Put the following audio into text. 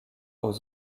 aux